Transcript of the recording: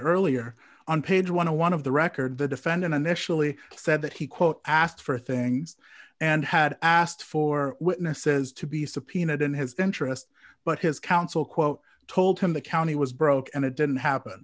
earlier on page one of one of the record the defendant initially said that he quote asked for things and had asked for witnesses to be subpoenaed in his interest but his counsel quote told him the county was broke and it didn't happen